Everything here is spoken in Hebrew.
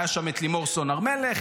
היה שם את לימור סון הר מלך,